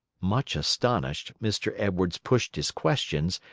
much astonished, mr. edwards pushed his questions,